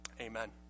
amen